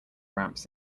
ramps